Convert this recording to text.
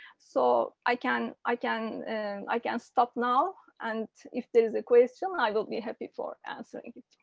so i can i can i can stop now. and if there is a question, i will be happy for and so you.